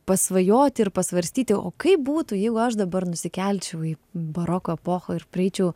pasvajoti ir pasvarstyti o kaip būtų jeigu aš dabar nusikelčiau į baroko epochą ir prieičiau